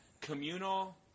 communal